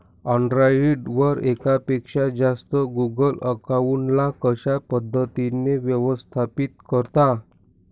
Android वर एकापेक्षा जास्त गुगल अकाउंट ला कशा पद्धतीने व्यवस्थापित करता?